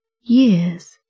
Years